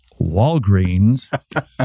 Walgreens